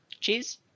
Cheers